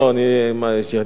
מה יש לי,